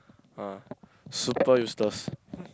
uh super useless